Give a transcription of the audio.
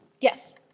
Yes